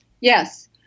Yes